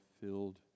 filled